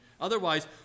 Otherwise